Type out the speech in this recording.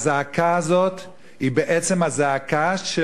הזעקה הזאת היא בעצם הזעקה של,